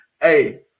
Hey